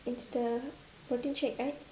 it's the protein shake right